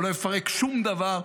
הוא לא יפרק שום דבר,